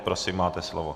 Prosím, máte slovo.